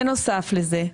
בנוסף לזה,